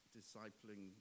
discipling